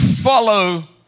Follow